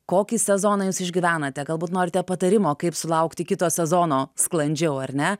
kokį sezoną jūs išgyvenate galbūt norite patarimo kaip sulaukti kito sezono sklandžiau ar ne